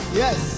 yes